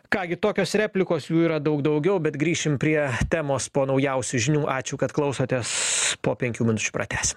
ką gi tokios replikos jų yra daug daugiau bet grįšim prie temos po naujausių žinių ačiū kad klausotės po penkių minučių pratęsim